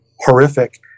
horrific